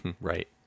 Right